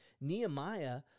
nehemiah